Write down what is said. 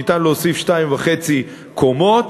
ניתן להוסיף שתיים וחצי קומות,